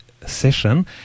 session